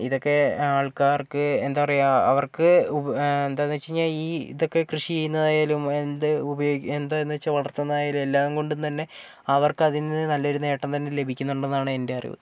ഇതൊക്കെ ആൾക്കാർക്ക് എന്താ പറയുവ അവർക്ക് എന്താന്ന് വെച്ച് കഴിഞ്ഞാൽ ഈ ഇതൊക്കെ കൃഷി ചെയ്യുന്നതായാലും എന്ത് ഉപയോഗിച്ച് എന്താന്ന് വെച്ചാൽ വളർത്തുന്നതായാലും എല്ലാം കൊണ്ട് തന്നെ അവർക്ക് അതിൽ നിന്ന് നല്ലൊരു നേട്ടം തന്നെ ലഭിക്കുന്നുണ്ടെന്നാണ് എൻ്റെ അറിവ്